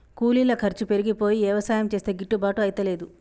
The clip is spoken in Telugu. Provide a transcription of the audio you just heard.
కూలీల ఖర్చు పెరిగిపోయి యవసాయం చేస్తే గిట్టుబాటు అయితలేదు